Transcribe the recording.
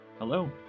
Hello